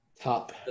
top